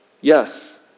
Yes